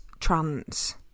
trans